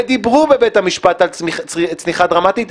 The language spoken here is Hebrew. ודיברו בבית המשפט על צניחה דרמטית,